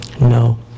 No